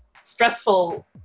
stressful